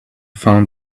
found